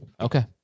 Okay